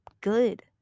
good